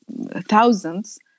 thousands